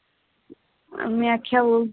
में आखेआ ओह्